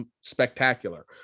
spectacular